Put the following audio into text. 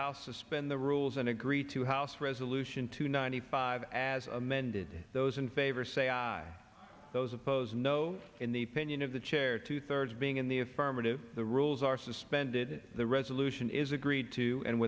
house suspend the rules and agree to house resolution two ninety five as amended those in favor say aye aye those opposed no in the pinion of the chair two thirds being in the affirmative the rules are suspended the resolution is agreed to and